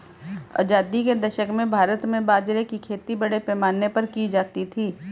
आजादी के दशक में भारत में बाजरे की खेती बड़े पैमाने पर की जाती थी